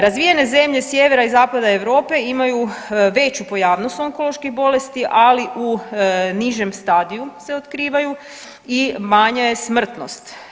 Razvijene zemlje sjevera i zapada Europe imaju veću pojavnost onkoloških bolesti, ali u nižem stadiju se otkrivaju i manja je smrtnost.